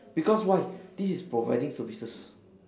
because why this is providing services